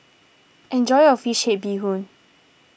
enjoy your Fish Head Bee Hoon